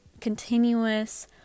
continuous